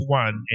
one